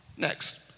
Next